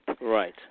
Right